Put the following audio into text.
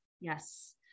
Yes